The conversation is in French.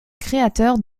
créateur